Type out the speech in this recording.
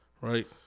Right